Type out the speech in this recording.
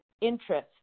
interest